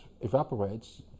evaporates